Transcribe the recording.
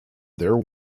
their